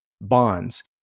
bonds